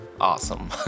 Awesome